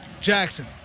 Jackson